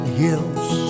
hills